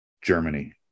Germany